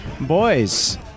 Boys